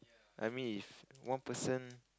I mean if one person